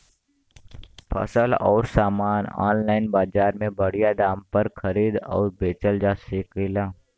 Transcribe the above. फसल अउर सामान आनलाइन बजार में बढ़िया दाम पर खरीद अउर बेचल जा सकेला